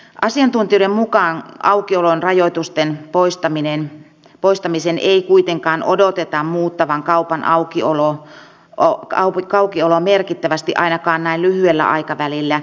asiantuntijoiden mukaan aukiolon rajoitusten poistamisen ei kuitenkaan odoteta muuttavan kaupan aukioloa merkittävästi ainakaan näin lyhyellä aikavälillä